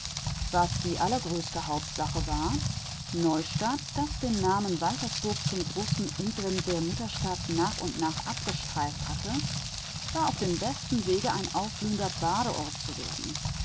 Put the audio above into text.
was die allergrößte hauptsache war neustadt das den namen waltersburg zum großen ingrimm der mutterstadt nach und nach ganz abgestreift hatte war auf dem besten wege ein aufblühender badeort zu werden